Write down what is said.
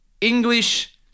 English